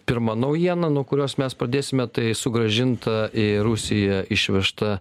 pirma naujiena nuo kurios mes pradėsime tai sugrąžinta į rusiją išvežta